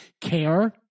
care